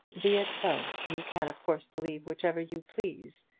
be it so you can of course believe whichever you please,